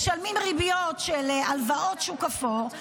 משלמים ריביות של הלוואות שוק אפור,